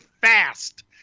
fast